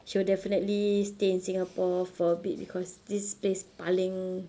she will definitely stay in singapore for a bit because this place paling